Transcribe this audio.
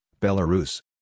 Belarus